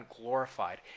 glorified